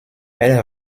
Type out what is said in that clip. elle